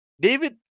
David